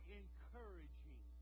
encouraging